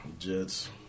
Jets